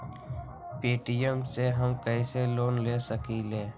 Paytm से हम कईसे लोन ले सकीले?